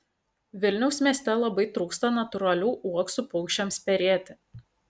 vilniaus mieste labai trūksta natūralių uoksų paukščiams perėti